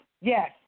yes